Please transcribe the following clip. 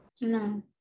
No